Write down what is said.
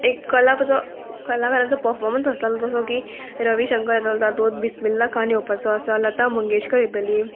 एक कलापाचो कलाकारांचो पर्फोमन्स आसतालो जसो की रवी शंकर येतलो तातूंत बिस्मिल्ला खान येवपाचो आसा लता मंगेशकर येतली